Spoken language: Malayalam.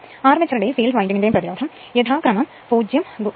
അർമേച്ചറിന്റെയും ഫീൽഡ് വിൻഡിംഗിന്റെയും പ്രതിരോധം യഥാക്രമം 0